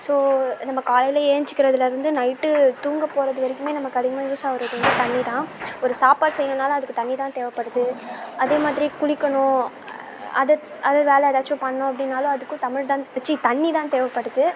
so நம்ப காலையில் ஏழுஞ்சிகிறதுல இருந்து நைட்டு தூங்க போகறது வரைக்குமே வந்து நமக்கு அதிகமாக யூஸ் ஆகுறது வந்து தண்ணி தான் ஒரு சாப்பாடு செய்யணும்னாலும் அதுக்கு தண்ணி தான் தேவைப்படுது அதே மாதிரி குளிக்கணும் அதை அதை வேலை எதாச்சும் பண்ணணும் அப்படினாலும் அதுக்கும் தமிழ் தான் சீ தண்ணி தான் தேவைப்படுது